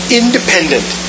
independent